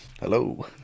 Hello